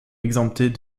exemptés